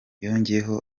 yongeyeho